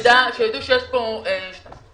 שיידעו שיש פה שבעה חברי כנסת.